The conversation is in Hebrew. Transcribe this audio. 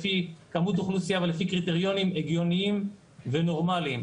לפי כמות אוכלוסיה ולפי קריטריונים הגיוניים ונורמליים.